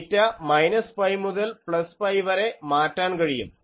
തീറ്റ minus pi മുതൽ plus pi വരെ മാറ്റാൻ കഴിയും